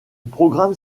programme